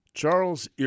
Charles